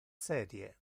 serie